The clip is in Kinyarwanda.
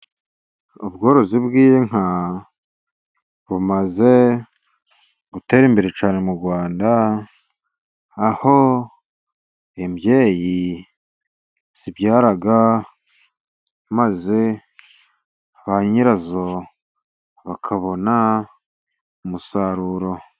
Ubworozi bw'inka bumaze gutera imbere cyane mu Rwanda, aho imbyeyi zibyara maze ba nyirazo bakabona umusaruro.